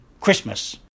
Christmas